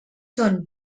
són